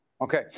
Okay